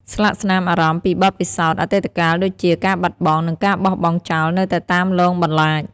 ស្លាកស្នាមអារម្មណ៍ពីបទពិសោធន៍អតីតកាលដូចជា ការបាត់បង់ និងការបោះបង់ចោលនៅតែតាមលងបន្លាច។